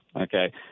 Okay